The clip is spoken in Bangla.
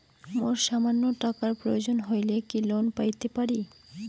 মোর সামান্য টাকার প্রয়োজন হইলে কি লোন পাইতে পারি?